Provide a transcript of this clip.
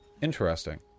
Interesting